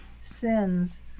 sins